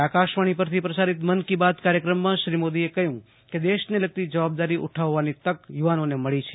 આજે આકાશવાણી પરથી પ્રસારીત મન કી બાત કાર્યક્રમમાં શ્રી મોદીએ કહ્યું કે દેશને લગતી જવાબદારી ઉઠાવવાની તક યુવાનોને મળી છે